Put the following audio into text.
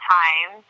time